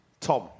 Tom